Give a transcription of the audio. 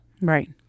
Right